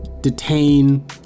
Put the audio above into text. detain